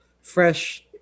fresh